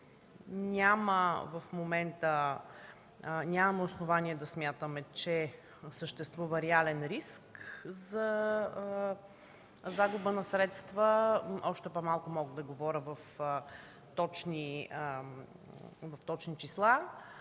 нямаме основание да смятаме, че съществува реален риск за загуба на средства, още по-малко мога да говоря в точни числа.